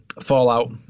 Fallout